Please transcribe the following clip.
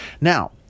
now